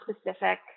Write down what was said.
specific